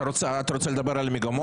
אתה רוצה לדבר על מגמות?